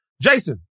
Jason